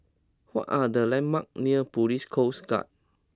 what are the landmarks near Police Coast Guard